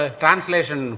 translation